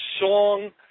song